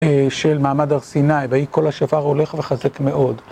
של מעמד הר סיני ויהי קול השופר הולך וחזק מאוד